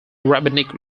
rabbinic